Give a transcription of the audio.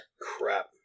Crap